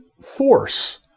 force